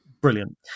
brilliant